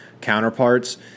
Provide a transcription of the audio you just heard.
counterparts